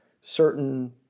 certain